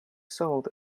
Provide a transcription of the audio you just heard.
sold